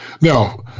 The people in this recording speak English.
Now